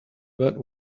but